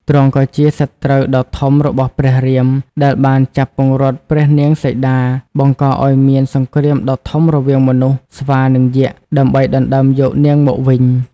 ទ្រង់ក៏ជាសត្រូវដ៏ធំរបស់ព្រះរាម ដែលបានចាប់ពង្រត់ព្រះនាងសីតា បង្កឱ្យមានសង្គ្រាមដ៏ធំរវាងមនុស្ស ស្វា និងយក្ស ដើម្បីដណ្ដើមយកនាងមកវិញ ។